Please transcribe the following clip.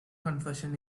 confession